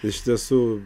iš tiesų